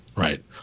Right